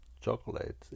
chocolate